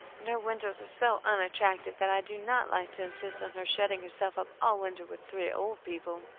and our winters are so unattractive that i do not like to insist on her shutting herself up all winter with three old people.